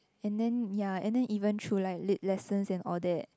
and then ya and then even true like lit lessons and all that